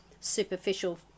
superficial